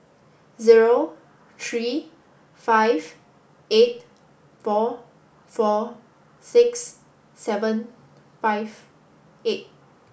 zero three five eight four four six seven five eight